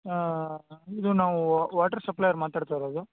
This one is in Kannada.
ಇದು ನಾವು ವಾಟ್ರ್ ಸಪ್ಲೈಯರ್ ಮಾತಾಡ್ತಾ ಇರೋದು